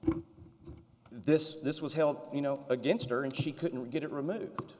this this was held you know against her and she couldn't get it removed